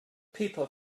people